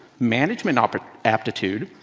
management but aptitude,